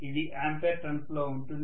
ఇది ampere turns లో ఉంటుంది